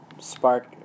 spark